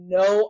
no